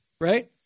Right